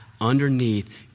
underneath